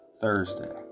Thursday